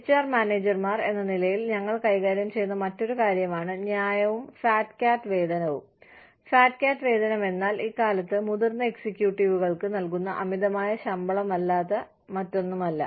HR മാനേജർമാർ എന്ന നിലയിൽ ഞങ്ങൾ കൈകാര്യം ചെയ്യുന്ന മറ്റൊരു കാര്യമാണ് ന്യായവും ഫാറ്റ് കാറ്റ് വേതനവും ഫാറ്റ് കാറ്റ് വേതനമെന്നാൽ ഇക്കാലത്ത് മുതിർന്ന എക്സിക്യൂട്ടീവുകൾക്ക് നൽകുന്ന അമിതമായ ശമ്പളമല്ലാതെ മറ്റൊന്നുമല്ല